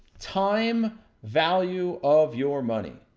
time value of your money.